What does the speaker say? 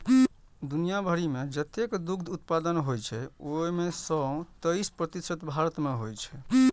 दुनिया भरि मे जतेक दुग्ध उत्पादन होइ छै, ओइ मे सं तेइस प्रतिशत भारत मे होइ छै